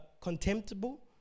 contemptible